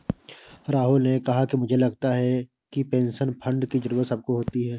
राहुल ने कहा कि मुझे लगता है कि पेंशन फण्ड की जरूरत सबको होती है